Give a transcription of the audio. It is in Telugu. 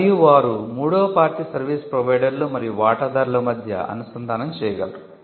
మరియు వారు మూడవ పార్టీ సర్వీసు ప్రొవైడర్లు మరియు వాటాదారుల మధ్య అనుసంధానం చేయగలరు